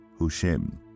Hushim